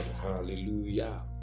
Hallelujah